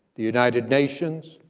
the united nations,